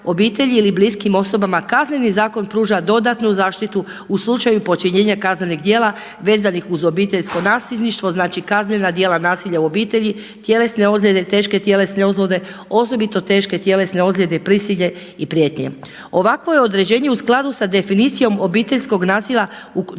obitelji ili bliskim osobama Kazneni zakon pruža dodatnu zaštitu u slučaju počinjenja kaznenih djela vezanih uz obiteljsko nasljedništvo, znači kaznena djela nasilja u obitelji, tjelesne ozljede, teške tjelesne ozljede, osobito teške tjelesne ozljede i prisile i prijetnje. Ovakvo je određenje u skladu sa definicijom obiteljskog nasilja u Konvenciji